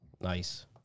Nice